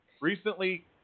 recently